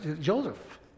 Joseph